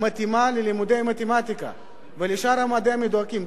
מתאימה ללימודי המתמטיקה ולשאר המדעים המדויקים,